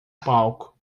palco